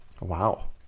Wow